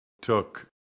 took